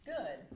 Good